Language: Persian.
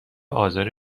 آزار